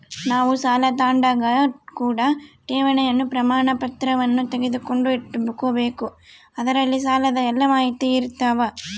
ನಾವು ಸಾಲ ತಾಂಡಾಗ ಕೂಡ ಠೇವಣಿಯ ಪ್ರಮಾಣಪತ್ರವನ್ನ ತೆಗೆದುಕೊಂಡು ಇಟ್ಟುಕೊಬೆಕು ಅದರಲ್ಲಿ ಸಾಲದ ಎಲ್ಲ ಮಾಹಿತಿಯಿರ್ತವ